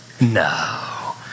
No